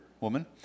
woman